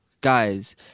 guys